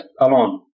alone